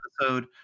episode